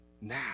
now